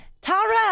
Tara